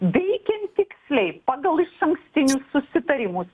veikia tiksliai pagal išankstinius susitarimus